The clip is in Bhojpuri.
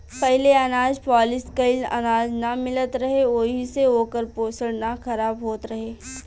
पहिले अनाज पॉलिश कइल अनाज ना मिलत रहे ओहि से ओकर पोषण ना खराब होत रहे